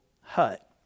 hut